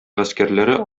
гаскәрләре